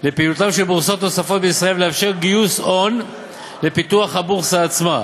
ולפעילותן של בורסות נוספות בישראל ולאפשר גיוס הון לפיתוח הבורסה עצמה,